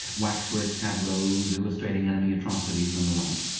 waxwork tableaux illustrating enemy atrocities, and the like.